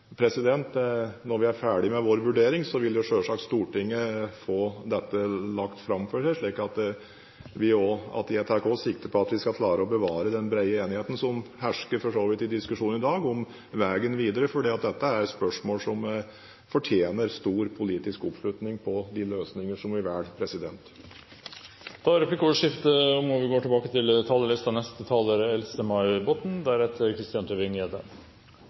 Når vi er ferdig med vår vurdering, vil vi selvsagt legge dette fram for Stortinget. Jeg tar også sikte på at vi skal klare å bevare den brede enigheten som hersker, for så vidt, i diskusjonen i dag om veien videre, for dette er spørsmål som fortjener stor politisk oppslutning når det gjelder de løsninger som vi velger. Replikkordskiftet er dermed omme. De talere som heretter får ordet, har en taletid på inntil 3 minutter. Jeg er glad for at denne saken løftes hit til salen. Ikke bare er